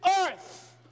earth